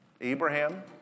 Abraham